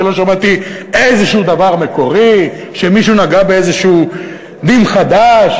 כי לא שמעתי איזה דבר מקורי שמישהו נגע באיזה דין חדש.